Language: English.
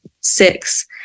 six